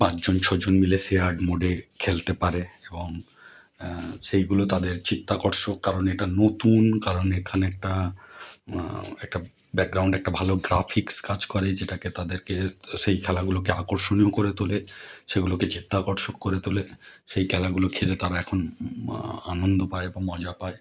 পাঁচ জন ছ জন মিলে শেয়ার্ড মোডে খেলতে পারে এবং সেইগুলো তাদের চিত্তাকর্ষক কারণ এটা নতুন কারণ এখানে একটা একটা ব্যাকগ্রাউন্ডে একটা ভালো গ্রাফিক্স কাজ করে যেটাকে তাদেরকে ত্ সেই খেলাগুলোকে আকর্ষণীয় করে তোলে সেগুলোকে চিত্তাকর্ষক করে তোলে সেই খেলাগুলো খেলে তারা এখন আনন্দ পায় এবং মজা পায়